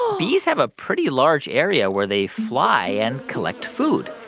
bees have a pretty large area where they fly and collect food.